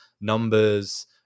numbers